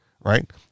right